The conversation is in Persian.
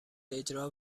اجرا